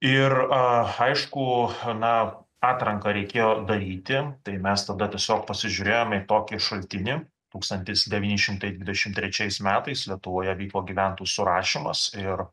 ir aišku na atranką reikėjo daryti tai mes tada tiesiog pasižiūrėjome į tokį šaltinį tūkstantis devyni šimtai dvidešim trečiais metais lietuvoje vyko gyven surašymas ir